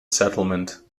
settlement